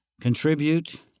contribute